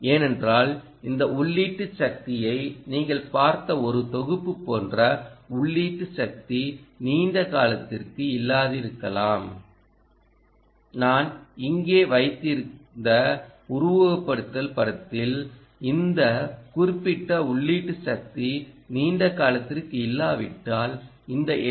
ஏனென்றால் இந்த உள்ளீட்டு சக்தியை நீங்கள் பார்த்த ஒரு தொகுப்பு போன்ற உள்ளீட்டு சக்தி நீண்ட காலத்திற்கு இல்லாதிருக்கலாம் நான் இங்கே வைத்திருந்த உருவகப்படுத்துதல் படத்தில் இந்த ஒரு குறிப்பிட்ட உள்ளீட்டு சக்தி நீண்ட காலத்திற்கு இல்லாவிட்டால் இந்த எல்